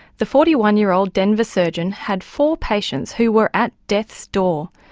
the forty one year old denver surgeon had four patients who were at death's door,